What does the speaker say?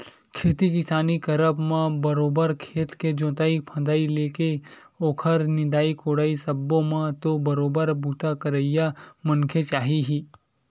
खेती किसानी करब म बरोबर खेत के जोंतई फंदई ले लेके ओखर निंदई कोड़ई सब्बो म तो बरोबर बूता करइया मनखे चाही ही